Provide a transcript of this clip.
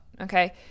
Okay